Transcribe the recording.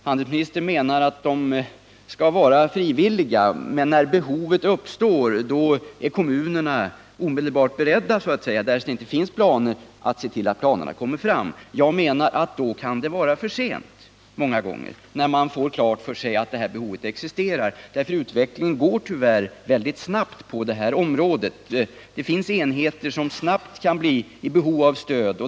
Handelsministern menar att de skall vara frivilliga och att när behov uppstår kommunerna så att säga omedelbart är beredda att se till att planer kommer fram därest det inte finns några. Jag menar att när man får klart för sig att det här behovet existerar kan det vara för sent. Utvecklingen går tyvärr väldigt snabbt på det här området. Det finns enheter som snabbt kan bli i behov av stöd.